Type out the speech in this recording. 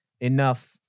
enough